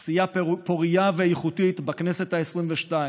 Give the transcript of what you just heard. עשייה פורייה ואיכותית בכנסת העשרים-ושתיים,